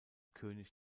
könig